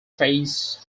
face